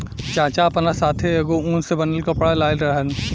चाचा आपना साथै एगो उन से बनल कपड़ा लाइल रहन